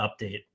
update